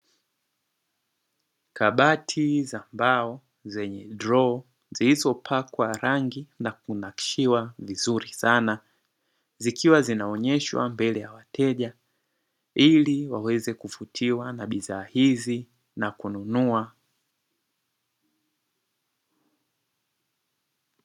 Kabati za mbao zenye droo zilizopakwa rangi na kunakishiwa vizuri sana, zikiwa zinaonyeshwa mbele ya wateja ili waweze kuvutiwa na bidhaa hizi na kununua.